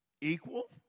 Equal